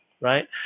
right